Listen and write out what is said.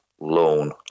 loan